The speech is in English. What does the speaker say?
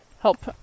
help